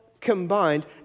combined